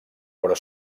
però